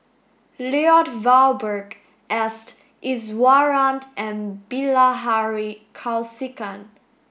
Lloyd Valberg S Iswaran and Bilahari Kausikan